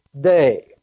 day